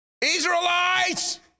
Israelites